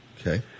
Okay